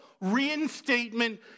reinstatement